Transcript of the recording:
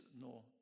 no